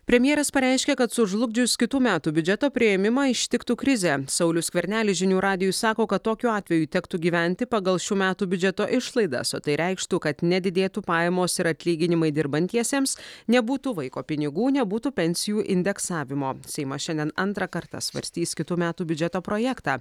premjeras pareiškė kad sužlugdžius kitų metų biudžeto priėmimą ištiktų krizė saulius skvernelis žinių radijui sako kad tokiu atveju tektų gyventi pagal šių metų biudžeto išlaidas tai reikštų kad nedidėtų pajamos ir atlyginimai dirbantiesiems nebūtų vaiko pinigų nebūtų pensijų indeksavimo seimas šiandien antrą kartą svarstys kitų metų biudžeto projektą